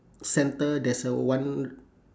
centre there's a one